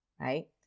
right